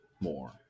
more